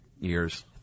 years